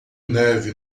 neve